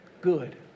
good